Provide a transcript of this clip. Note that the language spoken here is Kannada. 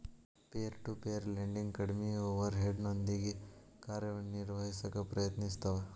ಪೇರ್ ಟು ಪೇರ್ ಲೆಂಡಿಂಗ್ ಕಡ್ಮಿ ಓವರ್ ಹೆಡ್ನೊಂದಿಗಿ ಕಾರ್ಯನಿರ್ವಹಿಸಕ ಪ್ರಯತ್ನಿಸ್ತವ